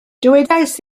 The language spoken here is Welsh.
dywedais